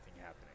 happening